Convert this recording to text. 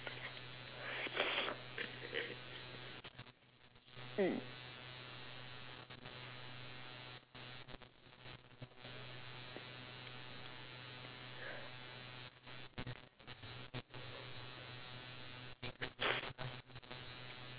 mm